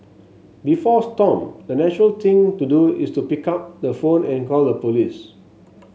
before Stomp the natural thing to do is to pick up the phone and call the police